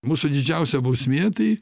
mūsų didžiausia bausmė tai